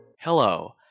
Hello